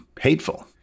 hateful